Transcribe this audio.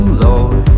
lord